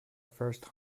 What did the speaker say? first